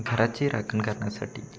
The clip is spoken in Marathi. घराची राखण करण्यासाठी